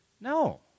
No